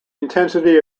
intensity